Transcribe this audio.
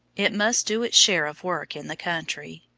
it must do its share of work in the country.